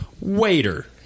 waiter